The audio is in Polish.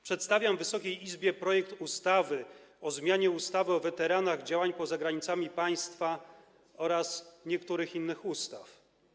Przedstawiam Wysokiej Izbie projekt ustawy o zmianie ustawy o weteranach działań poza granicami państwa oraz niektórych innych ustaw.